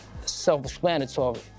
self-explanatory